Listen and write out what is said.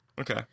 Okay